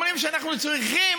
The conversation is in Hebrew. אומרים שאנחנו צריכים